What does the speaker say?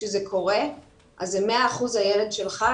כשזה קורה אז זה מאה אחוז הילד שלך,